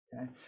okay